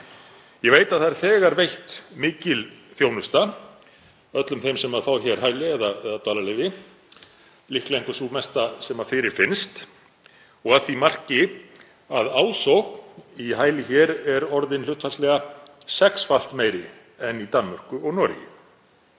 Ég veit að þegar er veitt mikil þjónusta öllum þeim sem fá hér hæli eða dvalarleyfi, líklega einhver sú mesta sem fyrirfinnst og að því marki að ásókn í hæli hér er orðin hlutfallslega sexfalt meiri en í Danmörku og Noregi.